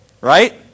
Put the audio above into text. right